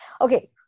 okay